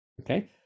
Okay